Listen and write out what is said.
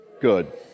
good